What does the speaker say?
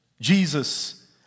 Jesus